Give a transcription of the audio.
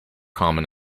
common